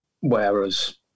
Whereas